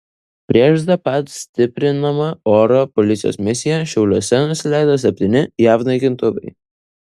prieš zapad stiprinama oro policijos misija šiauliuose nusileido septyni jav naikintuvai